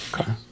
okay